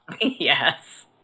Yes